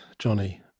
johnny